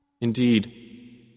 Indeed